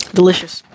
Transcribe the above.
Delicious